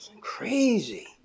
Crazy